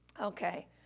Okay